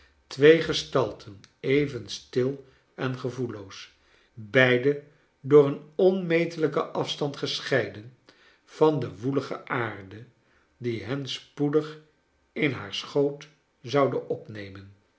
twee gestalten even stil en gevoelloos beide door een onmetelijken afstand gescheiden van de woelige aarde die hen spoedig in haar schoot zoude opnemen